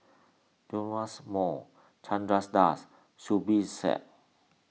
Joash Moo Chandra Das Zubir Said